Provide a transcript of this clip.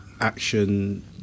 Action